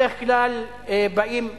בדרך כלל באים,